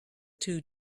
two